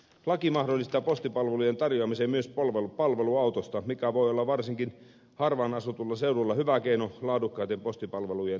laki mahdollistaa postipalvelujen tarjoamisen myös palveluautosta mikä voi olla varsinkin harvaan asutulla seudulla hyvä keino laadukkaiden postipalvelujen tarjoamisessa